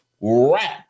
rap